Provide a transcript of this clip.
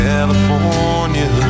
California